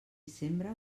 sembra